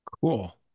Cool